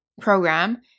program